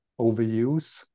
overuse